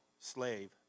slave